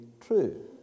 true